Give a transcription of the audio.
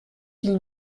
qu’il